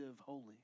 holy